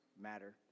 matter